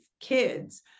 kids